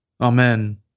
Amen